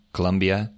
Colombia